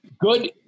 good